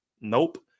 Nope